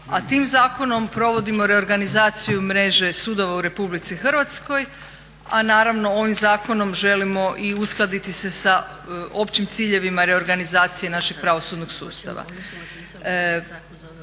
a tim zakonom provodimo reorganizaciju mreže sudova u Republici Hrvatskoj a naravno ovim zakonom želimo i uskladiti se sa općim ciljevima reorganizacije našeg pravosudnog sustava.